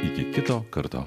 iki kito karto